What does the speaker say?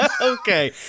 Okay